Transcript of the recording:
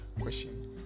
question